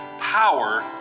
Power